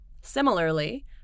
Similarly